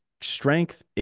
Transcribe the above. Strength